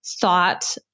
thought